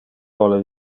vole